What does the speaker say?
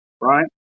right